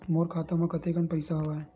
मोर खाता म कतेकन पईसा हवय?